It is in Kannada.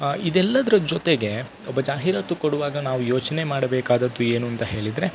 ಇದೆಲ್ಲದ್ರ ಜೊತೆಗೆ ಒಬ್ಬ ಜಾಹೀರಾತು ಕೊಡುವಾಗ ನಾವು ಯೋಚನೆ ಮಾಡಬೇಕಾದದ್ದು ಏನು ಅಂತ ಹೇಳಿದರೆ